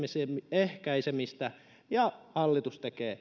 ehkäisemistä ja hallitus tekee